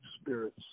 spirits